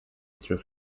through